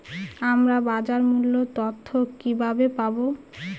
আমরা বাজার মূল্য তথ্য কিবাবে পাবো?